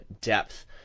depth